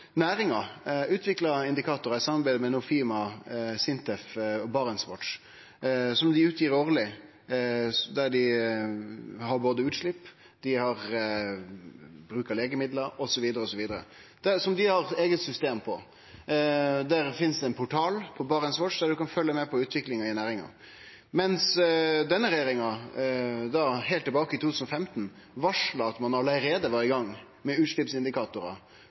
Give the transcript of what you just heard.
næringa utvikla indikatorar i samarbeid med Nofima, SINTEF og BarentsWatch, som dei gir ut årleg, der dei har eit eige system for utslepp, for legemiddel, osv. Det finst ein portal på BarentsWatch der ein kan følgje med på utviklinga i næringa. Denne regjeringa varsla heilt tilbake i 2015 at ein allereie var i gang med